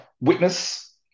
witness